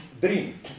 dream